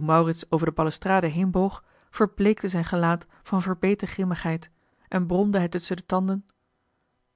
maurits over de balustrade heenboog verbleekte zijn gelaat van verbeten grimmigheid en bromde hij tusschen de tanden